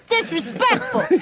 disrespectful